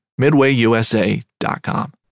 MidwayUSA.com